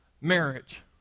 marriage